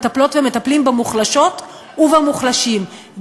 מטפלות ומטפלים במוחלשות ובמוחלשים,